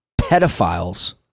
pedophiles